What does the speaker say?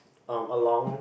um along